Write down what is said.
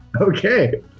Okay